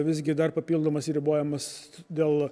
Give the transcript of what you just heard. visgi dar papildomas ribojimas dėl